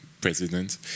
president